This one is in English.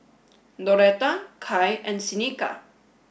Doretta Kai and Seneca